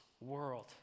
world